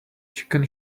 chicken